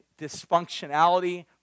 dysfunctionality